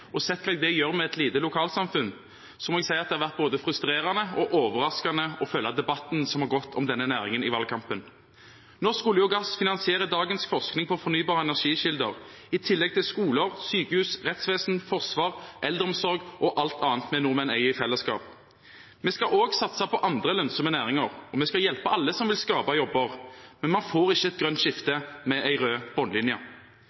og sett hva det gjør med et lite lokalsamfunn, må jeg si at det har vært både frustrerende og overraskende å følge debatten som har gått om denne næringen i valgkampen. Norsk olje og gass finansierer dagens forskning på fornybare energikilder i tillegg til skoler, sykehus, rettsvesen, forsvar, eldreomsorg og alt annet vi nordmenn eier i fellesskap. Vi skal også satse på andre lønnsomme næringer, og vi skal hjelpe alle som vil skape jobber, men vi får ikke et grønt